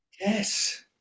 yes